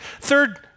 Third